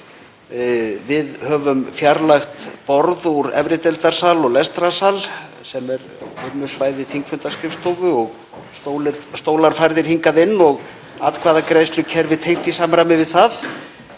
Við höfum fjarlægt borð úr efri deildar sal og lestrarsal sem er vinnusvæði þingfundaskrifstofu og stólar færðir hingað inn og atkvæðagreiðslukerfið tengt í samræmi við það.